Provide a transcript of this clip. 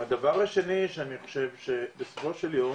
הדבר השני שאני חושב שבסופו של יום